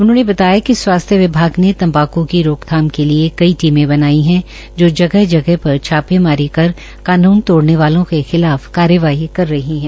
उन्होंने बताया कि स्वास्थ्य विभाग ने तंबाकू के रोकथाम के लिये कई टीमें बनाई है जगह जगह पर छापे मारी कर कानून तोड़ने वालों के खिलाफ कार्यवाही कर रही है